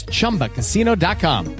ChumbaCasino.com